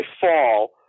fall